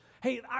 Hey